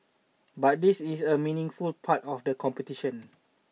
but this is a meaningful part of the competition